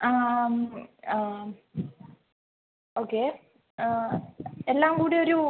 ആ ആ ഓക്കെ എല്ലാം കൂടെ ഒരു